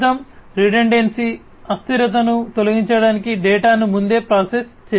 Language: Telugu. శబ్దం రిడెండెన్సీ తొలగించడానికి డేటాను ముందే ప్రాసెస్ చేయాలి